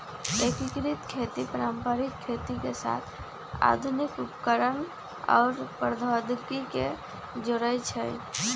एकीकृत खेती पारंपरिक खेती के साथ आधुनिक उपकरणअउर प्रौधोगोकी के जोरई छई